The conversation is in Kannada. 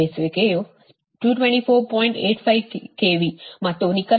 85 KV ಮತ್ತು ನಿಖರವಾದ ವಿಧಾನಕ್ಕೂ ಸಹ 224